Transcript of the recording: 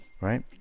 right